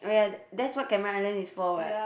oh yeah that's what Cameron-Highland is for what